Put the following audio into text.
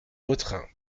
vautrin